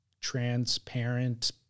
Transparent